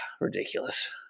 ridiculous